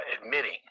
admitting